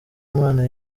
imana